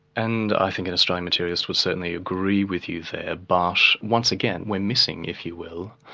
and i think an australian materialist would certainly agree with you there. but once again, we're missing, if you will,